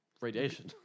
Radiation